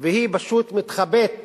והיא פשוט מתחבאת